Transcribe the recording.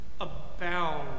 abound